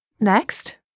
Next